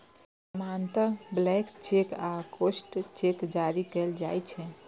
सामान्यतः blank cheque आ crossed cheque जारी कैल जाइ छै